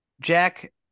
Jack